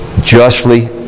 justly